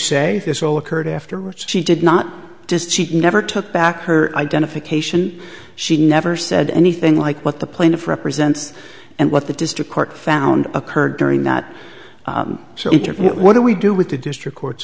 say this all occurred after which she did not just she never took back her identification she never said anything like what the plaintiff represents and what the district court found occurred during that interview what do we do with the district court